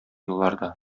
елларда